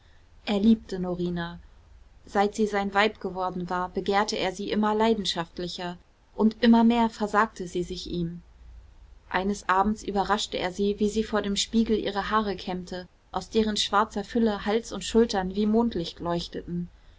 er liebte norina seit sie sein weib geworden war begehrte er sie immer leidenschaftlicher und immer mehr versagte sie sich ihm eines abends überraschte er sie wie sie vor dem spiegel ihre haare kämmte aus deren schwarzer fülle hals und schultern wie mondlicht leuchteten